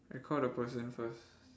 I call the person first